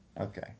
Okay